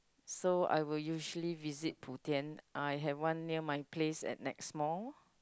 so I will usually visit Putian I have one near my place and next mall